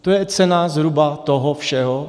To je cena zhruba toho všeho.